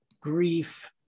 grief